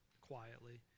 quietly